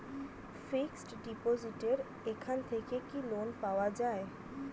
Fix ডিপোজিটের এখান থেকে কি লোন পাওয়া যায়?